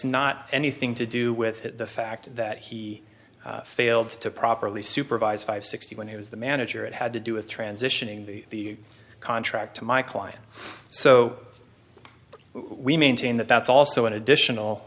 not anything to do with the fact that he failed to properly supervised five sixty when he was the manager it had to do with transitioning the contract to my client so we maintain that that's also an additional